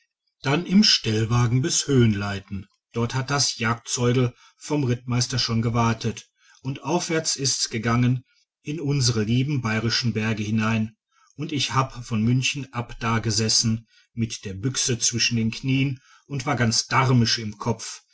dann im stellwagen bis höhenleiten dort hat das jagdzeugl vom rittmeister schon gewartet und aufwärts ist es gegangen in unsere lieben bayrischen berge hinein und ich hab von münchen ab dagesessen mit der büchse zwischen den knien und war ganz damisch im kopf